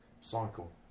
cycle